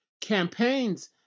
campaigns